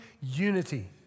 unity